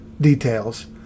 details